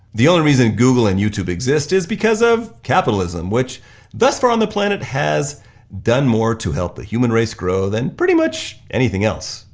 the only reason google and youtube exist is because of capitalism, which thus far on the planet has done more to help the human race grow than pretty much anything else.